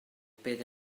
bydd